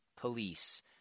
police